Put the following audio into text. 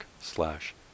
slash